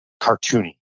cartoony